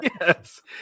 Yes